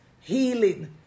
healing